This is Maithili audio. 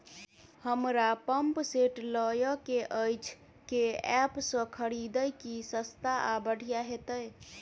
हमरा पंप सेट लय केँ अछि केँ ऐप सँ खरिदियै की सस्ता आ बढ़िया हेतइ?